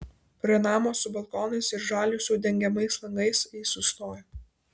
prie namo su balkonais ir žaliuzių dengiamais langais jis sustojo